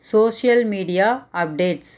social media updates